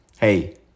Hey